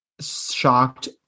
shocked